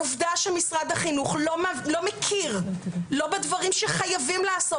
העובדה שמשרד החינוך לא מכיר לא בדברים שחייבים לעשות,